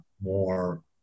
more